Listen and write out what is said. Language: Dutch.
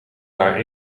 haar